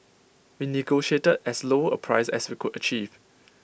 we negotiated as lower price as we could achieve